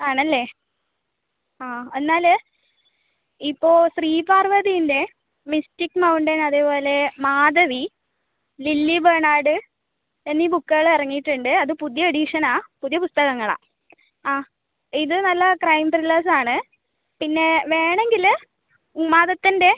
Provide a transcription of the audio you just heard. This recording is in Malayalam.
ആണല്ലേ ആ എന്നാല് ഇപ്പോൾ ശ്രീപാർവ്വതി ഇല്ലേ മിസ്റ്റിക് മൗണ്ടൻ അതേപോലെ മാധവി ലില്ലീ ബേണാർഡ് എന്നീ ബുക്കുകൾ ഇറങ്ങിയിട്ട് ഉണ്ട് അത് പുതിയ എഡിഷനാണ് പുതിയ പുസ്തകങ്ങളാ ആ ഇത് നല്ല ക്രൈം ത്രില്ലേഴ്സ് ആണ് പിന്നെ വേണമെങ്കില് ഉന്മാദത്തിൻ്റെ